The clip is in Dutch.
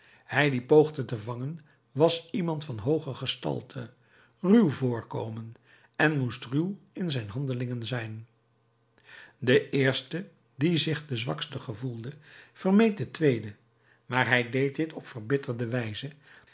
hij die poogde te vangen was iemand van hooge gestalte ruw voorkomen en moest ruw in zijn handelingen zijn de eerste die zich den zwakste gevoelde vermeed den tweede maar hij deed dit op verbitterde wijze